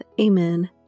Amen